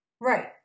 Right